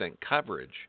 coverage